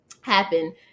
happen